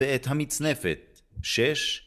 בעת המצנפת, שש